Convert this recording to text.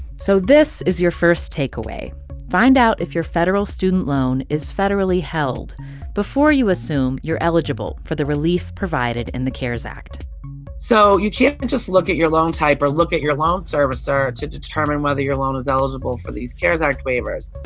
so this is your first takeaway find out if your federal student loan is federally held before you assume you're eligible for the relief provided in the cares act so you can't just look at your loan type or look at your loan servicer to determine whether your loan is eligible for these cares act waivers.